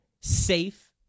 safe